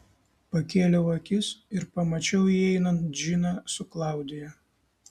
pakėliau akis ir pamačiau įeinant džiną su klaudija